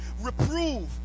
reprove